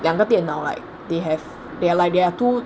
两个电脑 like they have they're like there are two